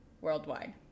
worldwide